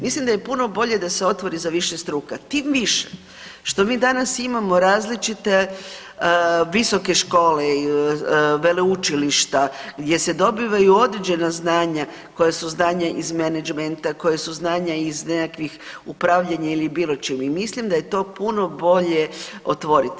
Mislim da je puno bolje da se otvori za više struka tim više što mi danas imamo različite visoke škole i veleučilišta gdje se dobivaju određena znanja koja su znanja iz menadžmenta, koja su znanja iz nekakvih upravljanja ili bilo čim i mislim da je to puno bolje otvoriti.